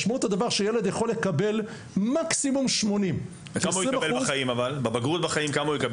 משמעות הדבר שילד יכול לקבל מקסימום 80. כמה הוא יקבל בבגרות בחיים?